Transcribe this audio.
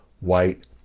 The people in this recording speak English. white